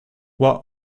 what